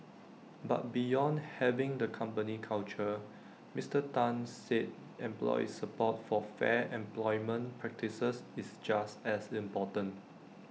but beyond having the company culture Mister Tan said employee support for fair employment practices is just as important